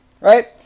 right